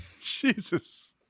Jesus